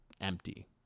empty